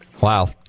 Wow